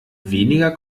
weniger